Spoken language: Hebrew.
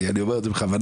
אני מחדד את זה בכוונה.